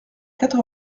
quatre